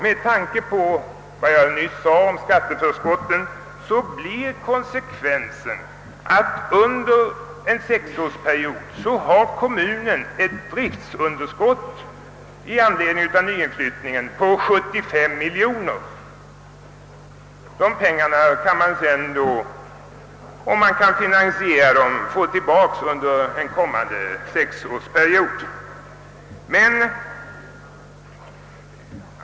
Med tanke på vad jag nyss sade om skatteförskotten blir konsekvensen att kommunen under en sexårsperiod med anledning av nyinflyttningen får ett driftunderskott på 75 miljoner kronor. Om detta kan finansieras, kan man få tillbaka dessa pengar under en kommande sexårsperiod.